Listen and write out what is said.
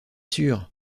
sûre